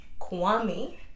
Kwame